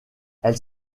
elle